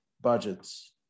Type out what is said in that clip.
budgets